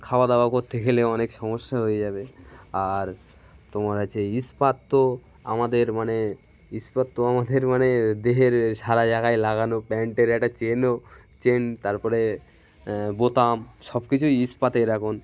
খাওয়া দাওয়া করতে গেলে অনেক সমস্যা হয়ে যাবে আর তোমার হচ্ছে ইস্পাত তো আমাদের মানে ইস্পাত তো আমাদের মানে দেহের সারা জায়গায় লাগানো প্যান্টের একটা চেনও চেন তার পরে বোতাম সব কিছুই ইস্পাতের এখন